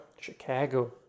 Chicago